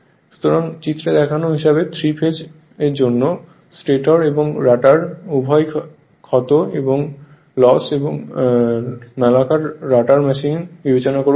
সুতরাং চিত্রে দেখানো হিসাবে 3 ফেজের জন্য স্টেটর এবং রটার উভয় ক্ষত সহ একটি নলাকার রটার মেশিন বিবেচনা করুন